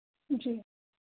जी